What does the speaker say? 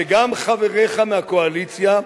שגם חבריך מהקואליציה,